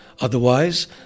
Otherwise